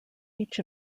each